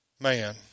man